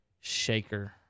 shaker